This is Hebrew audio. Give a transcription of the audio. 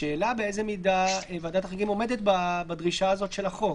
השאלה באיזה מידה ועדת החריגים עומדת בדרישה הזאת של החוק?